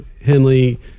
Henley